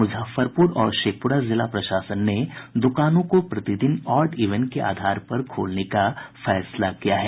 मुजफ्फरपुर और शेखपुरा जिला प्रशासन ने दुकानों को प्रतिदिन ऑड इवेन के आधार पर खोलने का फैसला किया है